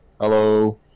Hello